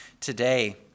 today